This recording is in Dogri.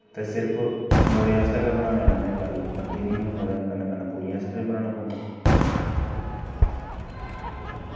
ते सिर्फ मुड़े आस्तै बनाने कन्नै गल्ल बनदी नी ऐ मुड़ें दे कन्नै कन्नै कुड़ियैं आस्तै बी बनाने पौंदे